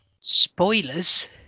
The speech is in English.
Spoilers